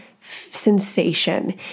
sensation